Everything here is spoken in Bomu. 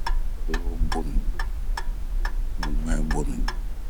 lo lobonu, lo muɛnbonu